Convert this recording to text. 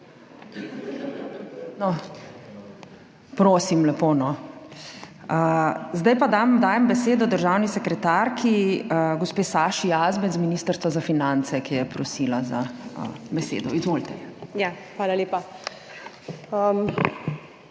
dvorane/ Zdaj pa dajem besedo državni sekretarki, gospe Saši Jazbec, z Ministrstva za finance, ki je prosila za besedo. Izvolite. **MAG.